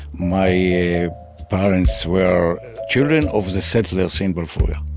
my parents were children of the settlers in balfouria.